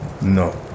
No